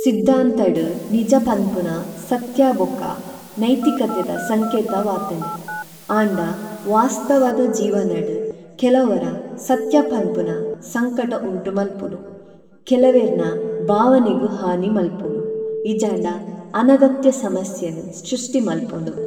സിധാംതാഡി നിജപാനപണപണാ സതിയാ ബകാ നഈതികതിദാ സംകഇതാ വാതംഡഇ। ആണഡാ വാസതവധദ ജിവനാഡി കിലവരാ സതിയാ പണപണാ സംകടാ ഉണടമലപണം, കിലവരനാ ബാവനഇഗി ഹാണിമലപണം, ഇജാണഡാ അനഗതിയ സമസിയനി സടിഷടി മലപണഡം,